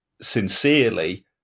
sincerely